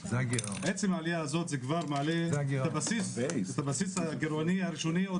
עצם העלייה הזאת זה כבר מעלה את הבסיס הגירעוני הראשוני עוד